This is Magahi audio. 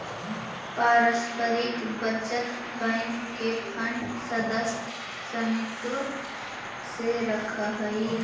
पारस्परिक बचत बैंक के फंड सदस्य समित्व से रखऽ हइ